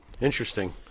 Interesting